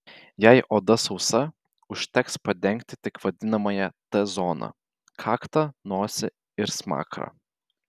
jei oda sausa užteks padengti tik vadinamąją t zoną kaktą nosį ir smakrą